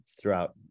throughout